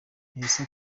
melissa